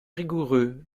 rigoureux